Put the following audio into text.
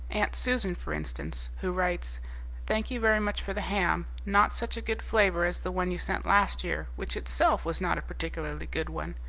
aunt susan, for instance, who writes thank you very much for the ham not such a good flavour as the one you sent last year, which itself was not a particularly good one.